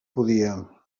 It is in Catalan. podia